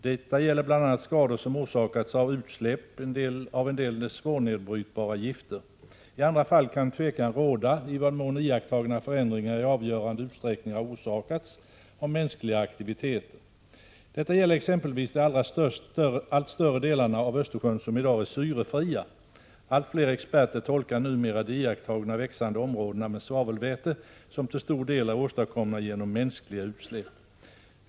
Detta gäller bl.a. skador som orsakats av t.ex. utsläpp av en del svårnedbrytbara gifter. I andra fall kan tvekan råda i vad mån iakttagna förändringar i avgörande utsträckning har orsakats av mänskliga aktiviteter. Detta gäller exempelvis de allt större delar av Östersjön som i dag är syrefria. Allt fler experter tolkar numera de iakttagna växande områdena med svavelväte som till stor del åstadkomna genom mänskliga utsläpp.